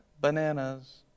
bananas